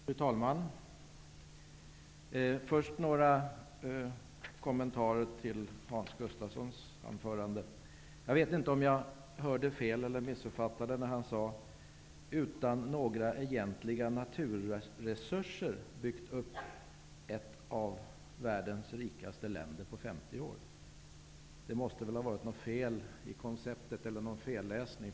Fru talman! Jag skall först göra några kommentarer till Hans Gustafssons anförande. Jag vet inte om jag hörde fel eller missuppfattade honom när han sade att Sverige var ett land som utan några egentliga naturresurser hade byggt upp ett av världens rikaste länder på 50 år. Det måste ha varit något fel i konceptet eller en felläsning.